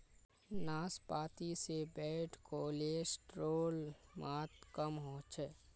नाश्पाती से bad cholesterol मात्र कम होचे